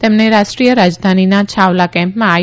તેમને રાષ્ટ્રીય રાજધાનીના છાવલા કેમ્પમાં આઈ